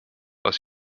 aus